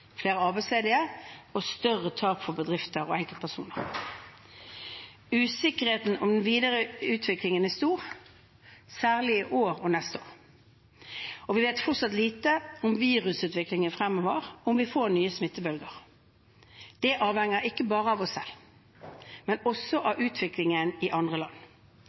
flere arbeidsledige og større tap for bedrifter og enkeltpersoner. Usikkerheten om den videre utviklingen er stor, særlig i år og til neste år. Vi vet fortsatt lite om virusutviklingen fremover og om vi får nye smittebølger. Det avhenger ikke bare av oss selv, men også av utviklingen i andre land.